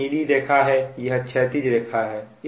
यह नीली रेखा है यह क्षैतिज रेखा है